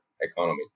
economy